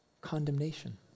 condemnation